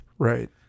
Right